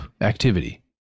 activity